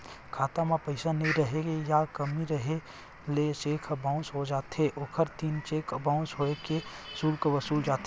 खाता म पइसा नइ रेहे या कमती रेहे ले चेक ह बाउंस हो जाथे, ओखर तीर चेक बाउंस होए के सुल्क वसूले जाथे